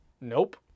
Nope